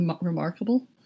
remarkable